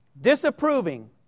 Disapproving